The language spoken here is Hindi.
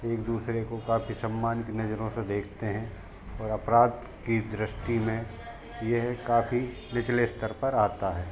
एक दूसरे को काफी सम्मान की नज़रों से देखते हैं और अपराध की दृष्टि में यह काफी निचले स्तर पर आता है